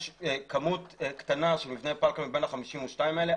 יש כמות קטנה של מבני פלקל מבין ה-52 האלה,